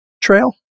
Trail